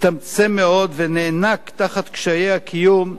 הצטמצם מאוד ונאנק תחת קשיי הקיום היומיומי.